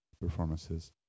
performances